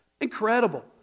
Incredible